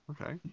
okay